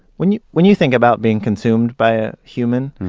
when you when you think about being consumed by a human,